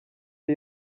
ari